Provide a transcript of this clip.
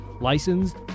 Licensed